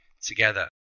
together